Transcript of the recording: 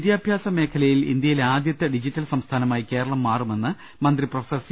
വിദ്യാഭ്യാസ മേഖലയിൽ ഇന്ത്യയിലെ ആദ്യത്തെ ഡിജിറ്റൽ സംസ്ഥാനമായി കേരളം മാറുമെന്ന് മന്ത്രി പ്രൊഫസ്റ്റർ സി